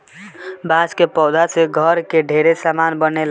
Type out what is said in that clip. बांस के पौधा से घर के ढेरे सामान बनेला